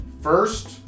first